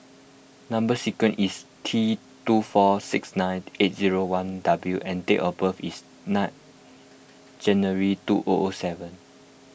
Number Sequence is T two four six nine eight zero one W and date of birth is nine January two O O seven